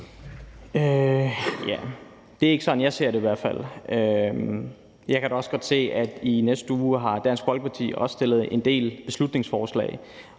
Det er ikke sådan, jeg ser det. Jeg kan da godt se, at i næste uge har Dansk Folkeparti også fremsat en del beslutningsforslag.